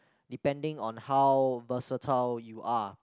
depending on how versatile you are